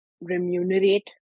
Remunerate